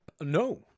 No